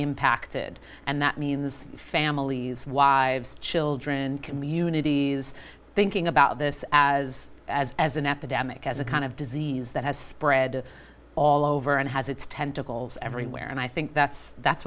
impacted and that means families wives children communities thinking about this as as as an epidemic as a kind of disease that has spread all over and has its tentacles everywhere and i think that's that's